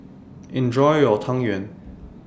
Enjoy your Tang Yuen